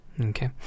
Okay